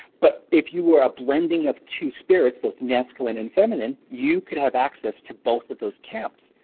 but if you were a blending of two spirits, both masculine and feminine, you could have access to both of those camps.